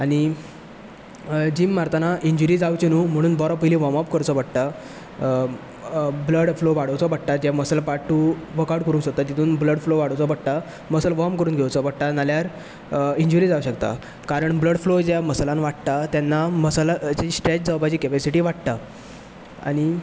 आनी जीम मारतना इन्जरी जावची न्हू म्हणून पयलीं वॉर्म अप करचो पडटा ब्लड फ्लो वाडोवचो पडटा जो मसल पार्ट तूं वर्क आवट करूंक सोदतो तितूंत ब्लड फ्लो वाडावचो पडटा मसल वोर्म करून घेवचो पडटा ना जाल्यार इंजरी जावूंक शकता कारण ब्लड फ्लो ज्या मसलांत वाडटा तेन्ना मसलाची स्ट्रॅच जावपाची एबिलीटी वाडटा आनी